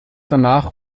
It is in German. danach